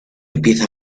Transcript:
empieza